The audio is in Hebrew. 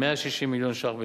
160 מיליון ש"ח בשנה.